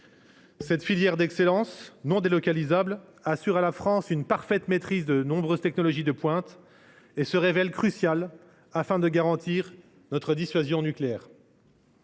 Cette filière d’excellence, non délocalisable, assure à la France une parfaite maîtrise de nombreuses technologies de pointe et se révèle cruciale pour garantir notre dissuasion nucléaire.